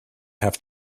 have